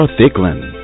Thickland